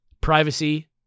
privacy